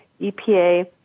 EPA